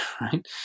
right